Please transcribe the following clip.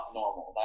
normal